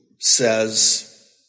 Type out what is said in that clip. Says